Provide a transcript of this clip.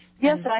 Yes